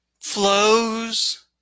flows